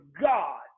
God